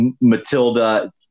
matilda